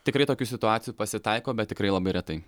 tikrai tokių situacijų pasitaiko bet tikrai labai retai